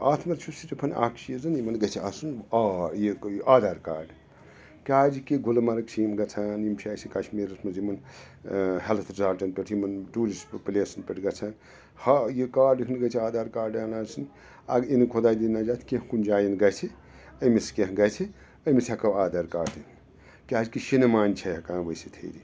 اَتھ منٛز چھُ صِرِفَن اَکھ چیٖزَن یِمَن گژھِ آسُن یہِ آدھار کارڈ کیٛازِِکہِ گُلمرگ چھِ یِم گَژھان یِم چھِ اَسہِ کَشمیٖرَس منٛز یِمَن ہیٚلٕتھ رِزالٹَن پٮ۪ٹھ یِمَن ٹوٗرِسٹ پٕلیسَن پٮ۪ٹھ گژھان ہا یہِ کارڈ ہُنٛد گژھِ آدھار کارڈٕ ہَن آسٕنۍ اگر اِن خۄدا دِیِن نَجات کینٛہہ کُنہِ جایَن گژھِ أمِس کینٛہہ گژھِ أمِس ہٮ۪کو آدھار کاڈ دِنۍ کیٛاز کہِ شِنہٕ مانہِ چھِ ہیٚکان ؤسِتھ ہیٚرِ